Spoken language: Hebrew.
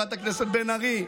חברת הכנסת בן ארי.